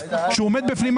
כשהוא עומד בפנים,